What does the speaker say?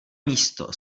místo